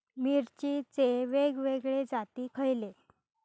मिरचीचे वेगवेगळे जाती खयले?